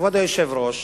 כבוד היושב-ראש?